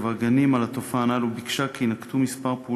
והגנים על התופעה הנ"ל וביקשה כי יינקטו כמה פעולות,